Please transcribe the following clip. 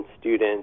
students